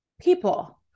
people